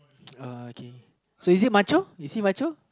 uh okay so is he is he